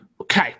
Okay